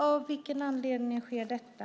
Av vilken anledning sker detta?